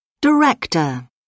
Director